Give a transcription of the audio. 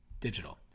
Digital